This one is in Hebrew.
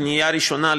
לקנייה הראשונה,